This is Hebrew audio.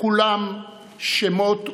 לכולם שמות ופנים.